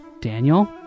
Daniel